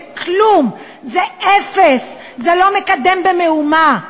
זה כלום, זה אפס, זה לא מקדם במאומה,